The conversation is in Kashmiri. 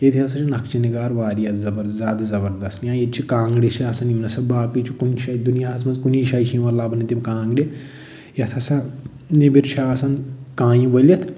ییٚتہِ ہسا چھُ نقشہٕ نِگار واریاہ زَبردست زیادٕ زبردست یا ییٚتہِ چھِ کانٛگرِ چھِ آسان یِم ہسا باقٕے چھِ کُنہِ شایہِ دُنیاہَس منٛز کُنی شایہِ چھِ لَبنہٕ تِم کانٛگرِ یَتھ ہسا نیٚبرۍ چھِ آسان کانہِ ؤلِتھ